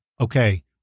Okay